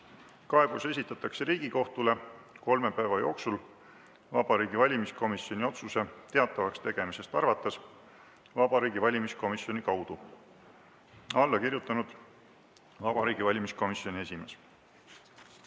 Kaebus esitatakse Riigikohtule kolme päeva jooksul Vabariigi Valimiskomisjoni otsuse teatavaks tegemisest arvates Vabariigi Valimiskomisjoni kaudu." Alla kirjutanud Vabariigi Valimiskomisjoni esimees.